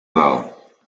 dalt